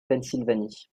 pennsylvanie